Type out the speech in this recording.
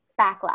backlash